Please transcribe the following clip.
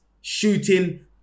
shooting